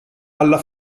alla